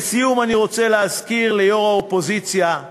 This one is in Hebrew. לסיום, אני רוצה להזכיר ליושב-ראש האופוזיציה,